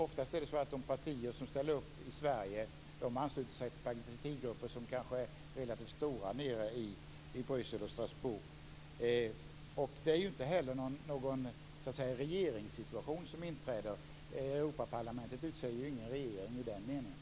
Oftast ansluter sig de partier som ställer upp i Sverige till partigrupper som är relativt stora nere i Bryssel och Strasbourg. Det är inte heller någon regeringssituation som inträder där. Europaparlamentet utser ju ingen regering i den meningen.